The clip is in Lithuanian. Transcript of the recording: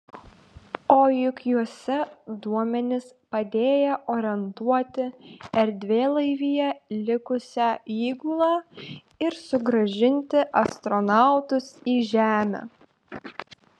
o juk juose duomenys padėję orientuoti erdvėlaivyje likusią įgulą ir sugrąžinti astronautus į žemę